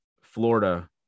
Florida